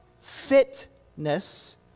fitness